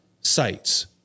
sites